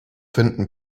finden